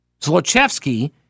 Zlochevsky